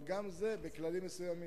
אבל זה לפי כללים מסוימים.